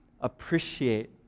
appreciate